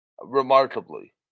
Remarkably